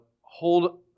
hold